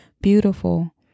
beautiful